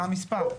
מה המספר?